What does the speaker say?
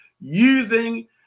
using